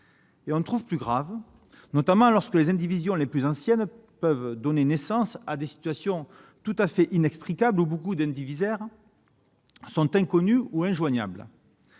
successions. Plus grave encore, les indivisions les plus anciennes peuvent donner naissance à des situations tout à fait inextricables, où beaucoup d'indivisaires sont inconnus ou injoignables.